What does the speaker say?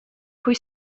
pwy